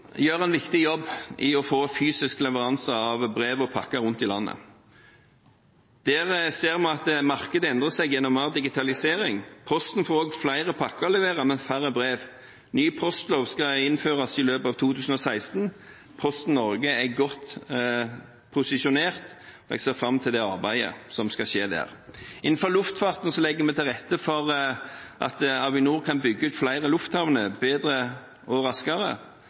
gjør en viktig jobb med fysisk leveranse av brev og pakker rundt i landet. Der ser vi at markedet endrer seg gjennom mer digitalisering. Posten får også flere pakker å levere, men færre brev. Ny postlov skal innføres i løpet av 2016. Posten Norge er godt posisjonert, og jeg ser fram til arbeidet som skal skje der. Innenfor luftfarten legger vi til rette for at Avinor kan bygge ut flere lufthavner bedre og raskere,